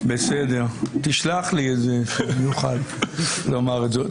אני רוצה לומר שהצעת